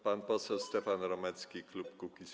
Pan poseł Stefan Romecki, klub Kukiz’15.